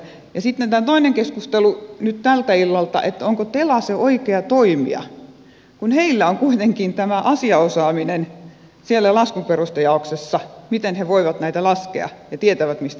sitten tämä toinen keskustelu tältä illalta siitä onko tela se oikea toimija kun heillä on kuitenkin tämä asiaosaaminen siellä laskuperustejaoksessa miten he voivat näitä laskea ja tietävät mistä ne tulevat